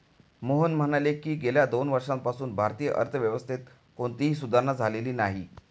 मोहन म्हणाले की, गेल्या दोन वर्षांपासून भारतीय अर्थव्यवस्थेत कोणतीही सुधारणा झालेली नाही